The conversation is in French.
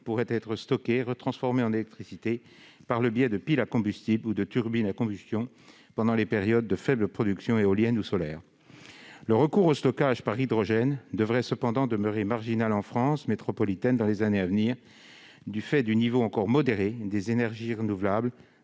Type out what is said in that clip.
pourrait être stocké et retransformé en électricité par le biais de piles à combustible ou de turbines à combustion pendant les périodes de faible production éolienne ou solaire. Le recours au stockage par hydrogène devrait cependant demeurer marginal en France métropolitaine dans les années à venir, en raison du niveau encore modéré des énergies renouvelables